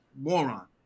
moron